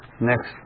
next